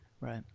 Right